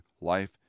life